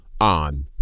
on